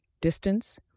distance